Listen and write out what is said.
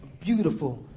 beautiful